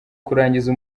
kurangiza